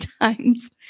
times